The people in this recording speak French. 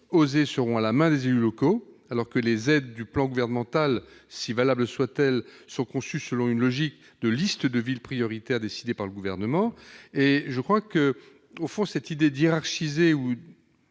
» seront à la main des élus locaux, alors que les aides du plan gouvernemental, si valables soient-elles, sont conçues selon une logique de liste de villes prioritaires décidées par le Gouvernement. Or il me paraît que cette idée de hiérarchiser ou